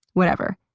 whatever.